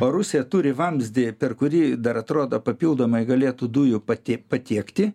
o rusija turi vamzdį per kurį dar atrodo papildomai galėtų dujų pati patiekti